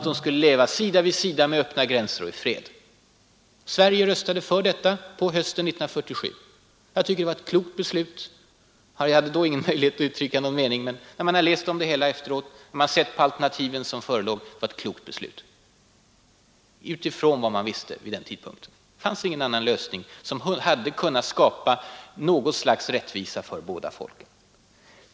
De skulle leva sida vid sida med öppna gränser och i fred. Sverige röstade för detta förslag på hösten 1947. Jag tycker att det var ett klokt beslut. Jag hade då ingen möjlighet att uttrycka min mening, men när jag läst om det hela efteråt och när jag har sett de alternativ som förelåg, har jag tyckt att det var ett klokt beslut utifrån vad man visste vid den tidpunkten. Det fanns ingen annan lösning som hade kunnat skapa något slags rättvisa för båda folken.